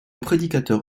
prédicateur